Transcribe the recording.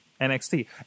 NXT